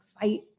fight